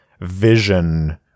vision